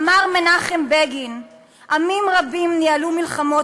אמר כאן מנחם בגין: "עמים רבים ניהלו מלחמות